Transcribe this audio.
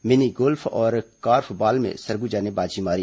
mini golf और korfball में सरगुजा ने बाजी मारी